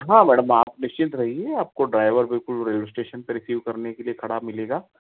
हाँ मैडम आप निश्चिंत रहिए आपको ड्राइवर बिल्कुल रेलवे स्टेशन पे रिसीव करने के लिए खड़ा मिलेगा